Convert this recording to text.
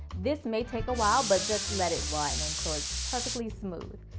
this may take awhile, but just let it run until it's perfectly smooth.